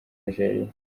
nigeria